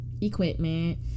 equipment